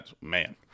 Man